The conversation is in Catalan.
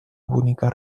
bonica